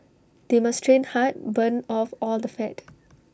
they must train hard burn off all the fat